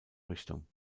richtung